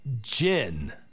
Jen